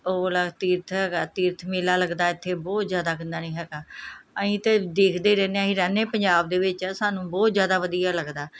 ਉਹ ਵਾਲਾ ਤੀਰਥ ਹੈਗਾ ਤੀਰਥ ਮੇਲਾ ਲੱਗਦਾ ਇੱਥੇ ਬਹੁਤ ਜ਼ਿਆਦਾ ਕਿੰਨਾ ਨਹੀਂ ਹੈਗਾ ਅਸੀਂ ਤਾਂ ਦੇਖਦੇ ਰਹਿੰਦੇ ਹਾਂ ਅਸੀਂ ਰਹਿੰਦੇ ਪੰਜਾਬ ਦੇ ਵਿੱਚ ਹਾਂ ਸਾਨੂੰ ਬਹੁਤ ਜ਼ਿਆਦਾ ਵਧੀਆ ਲੱਗਦਾ